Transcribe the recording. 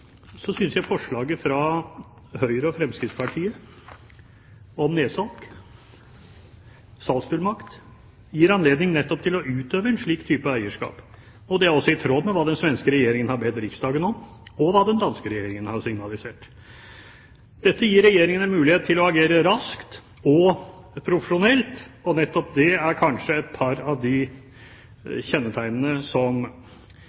synes jeg forslaget fra Høyre og Fremskrittspartiet om nedsalg, salgsfullmakt, gir anledning nettopp til å utøve en slik type eierskap. Det er også i tråd med hva den svenske regjeringen har bedt Riksdagen om, og hva den danske regjeringen har signalisert. Dette gir Regjeringen en mulighet til å agere raskt og profesjonelt, og nettopp det er kanskje et par av de kjennetegnene som